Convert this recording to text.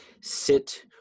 sit